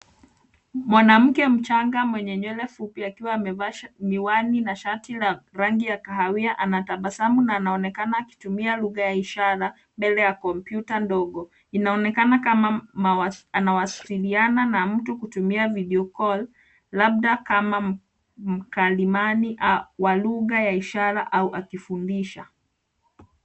Mwanamke mchanga mwenye nywele fupi, akiwa amevaa miwani na shati la rangi ya kahawia anatabasamu na anaonekana akitumia lugha ya ishara mbele ya kompyuta ndogo. Inaonekana kama anawasiliana na mtu kutumia video call , labda kama mkalimani wa lugha ya ishara au akifundisha.